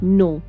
no